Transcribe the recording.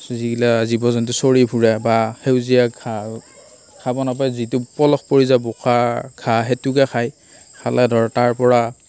যিগিলা জীৱ জন্তু চৰি ফুৰে বা সেউজীয়া ঘাঁহ খাব নাপায় যিটো পলস পৰি যায় বোকাৰ ঘাঁহ সেইটোকে খায় খালে ধৰ তাৰ পৰা